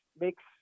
makes